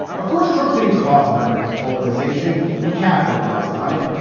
of course, trump didn't cause america's polarization. he capitalized on it.